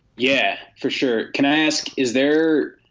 yeah, for sure. can i ask, is there.